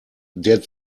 der